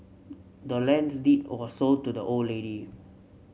the land's deed was sold to the old lady